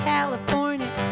California